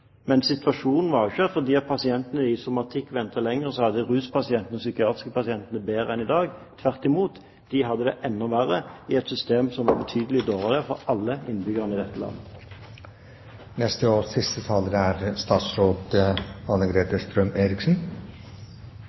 Men situasjonen var ikke slik at fordi pasientene innenfor somatikken ventet lenger, så hadde ruspasientene og de psykiatriske pasientene det bedre enn i dag, tvert imot, de hadde det enda verre, i et system som var betydelig dårligere for alle innbyggerne i dette land. Det har vært spesielt å lytte til denne debatten og